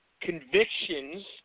convictions